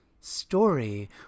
story